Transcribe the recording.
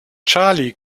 charlie